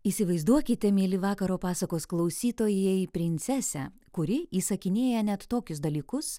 įsivaizduokite mieli vakaro pasakos klausytojai princesę kuri įsakinėja net tokius dalykus